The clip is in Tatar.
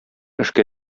эшкә